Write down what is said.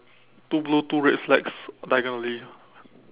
two blue two red flags diagonally